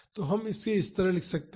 तो हम इसे इस तरह लिख सकते हैं